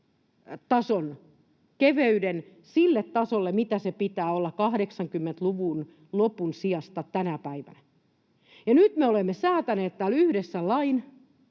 keveyden sille tasolle, millä sen pitää olla 80-luvun lopun sijasta tänä päivänä. Nyt me olemme säätäneet täällä yhdessä lain, joka